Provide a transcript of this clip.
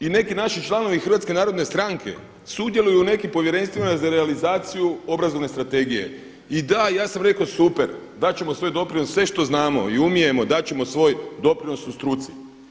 I neki naši članovi HNS-a sudjeluju u nekim povjerenstvima za realizaciju obrazovne strategije i da ja sam rekao super, dat ćemo svoj doprinos sve što znamo i umijemo, dat ćemo svoj doprinos u struci.